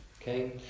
Okay